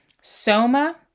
soma